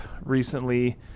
recently